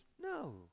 No